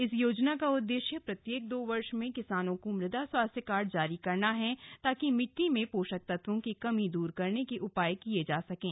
इस योजना का उद्देश्य प्रत्येक दो वर्ष में किसानों को मुदा स्वास्थ्य कार्ड जारी करना है ताकि मिट्टी में पोषक तत्वों की कमी दूर करने के उपाय किये जा सकें